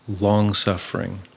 long-suffering